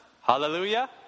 Hallelujah